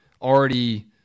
already